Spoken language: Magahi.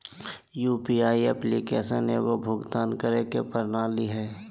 यु.पी.आई एप्लीकेशन एगो भुक्तान करे के प्रणाली हइ